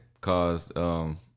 caused –